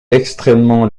extrêmement